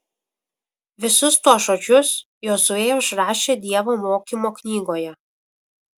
visus tuos žodžius jozuė užrašė dievo mokymo knygoje